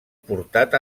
portat